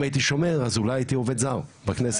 אם הייתי שומר אז אולי הייתי עובד זר בכנסת,